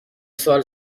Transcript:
سال